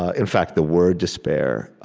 ah in fact, the word despair,